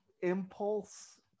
impulse